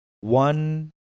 one